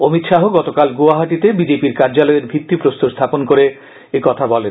অমিত শাহ গতকাল গুয়াহাটিতে বিজেপি কার্যালয়ের ভিত্তি প্রস্তর স্হাপন করে একথা বলেন